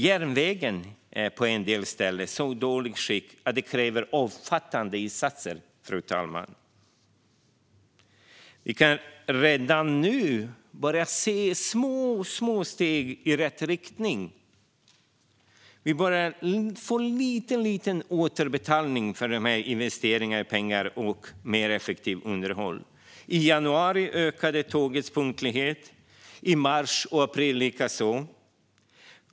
Järnvägen är på en del ställen i så dåligt skick att det kräver omfattande insatser, fru talman. Men vi kan redan nu se små steg i rätt riktning. Vi börjar få lite återbetalning för investerade medel och mer effektivt underhåll. I januari ökade tågens punktlighet, likaså i mars och april.